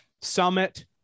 summit